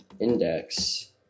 Index